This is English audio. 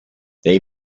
they